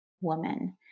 woman